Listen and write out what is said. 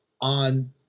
on